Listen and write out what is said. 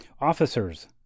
officers